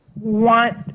want